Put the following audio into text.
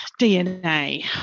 DNA